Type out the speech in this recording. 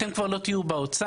אתם כבר לא תהיו באוצר,